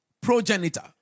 progenitor